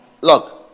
look